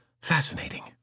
Fascinating